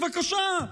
בבקשה,